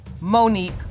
Monique